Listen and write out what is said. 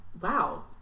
wow